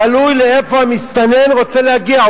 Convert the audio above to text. תלוי לאיפה המסתנן רוצה להגיע,